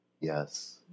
Yes